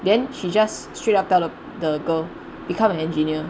then she just straight up tell the girl become an engineer